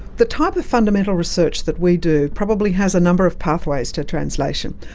the type of fundamental research that we do probably has a number of pathways to translation.